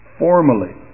formally